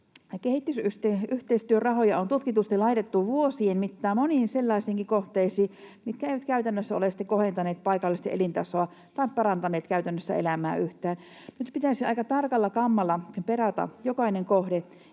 Kehitysyhteistyörahoja on tutkitusti laitettu vuosien mittaan moniin sellaisiinkin kohteisiin, mitkä eivät käytännössä ole sitten kohentaneet paikallisten elintasoa tai parantaneet käytännössä elämää yhtään. Nyt pitäisi aika tarkalla kammalla perata jokainen kohde